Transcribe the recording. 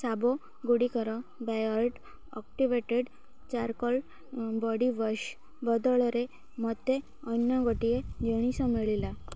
ଶାବ ଗୁଡ଼ିକର Beardo activated charcoal body wash ବଦଳରେ ମୋତେ ଅନ୍ୟ ଗୋଟିଏ ଜିନିଷ ମିଳିଲା